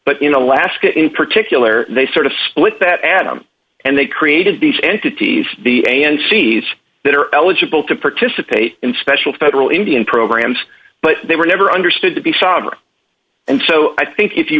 but in alaska in particular they sort of split that adam and they created these entities be a and seeds that are eligible to participate in special federal indian programs but they were never understood to be farmers and so i think if you